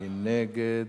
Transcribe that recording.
מי נגד?